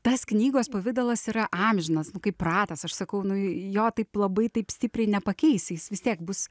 tas knygos pavidalas yra amžinas nu kaip ratas aš sakau nu jo taip labai taip stipriai nepakeisi jis vis tiek bus